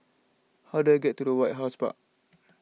how do I get to the White House Park